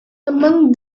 among